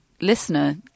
listener